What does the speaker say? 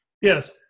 Yes